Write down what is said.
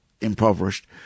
impoverished